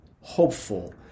hopeful